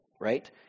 right